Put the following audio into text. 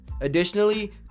additionally